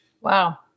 Wow